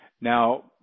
Now